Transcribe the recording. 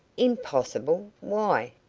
impossible! why?